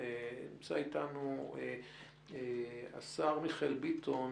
ונמצא איתנו השר מיכאל ביטון,